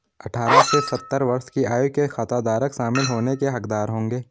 अठारह से सत्तर वर्ष की आयु के खाताधारक शामिल होने के हकदार होंगे